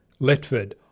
Letford